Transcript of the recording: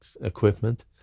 equipment